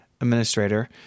Administrator